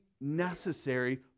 necessary